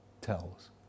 tells